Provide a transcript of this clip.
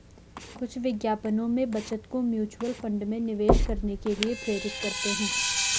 कुछ विज्ञापनों में बचत को म्यूचुअल फंड में निवेश करने के लिए प्रेरित करते हैं